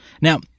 Now